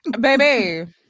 Baby